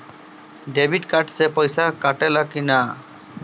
Debit card से online पैसा कटा ले कि ना?